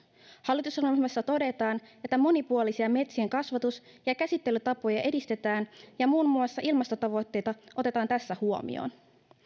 hallitusohjelmassa todetaan että monipuolisia metsien kasvatus ja käsittelytapoja edistetään ja muun muassa ilmastotavoitteita otetaan tässä huomioon